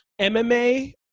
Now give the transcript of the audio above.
mma